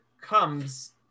comes